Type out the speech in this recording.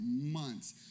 months